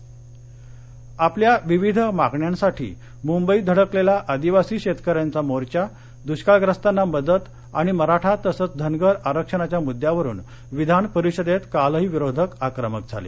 विधीमंडळ कामकाज आपल्या विविध मागण्यांसाठी मुंबईत धडकलेला आदिवासी शेतकऱ्यांचा मोर्चा दुष्काळग्रस्तांना मदत आणि मराठा तसंच धनगर आरक्षणाच्या मदद्यावरून विधानपरिषदेत कालही विरोधक आक्रमक झाले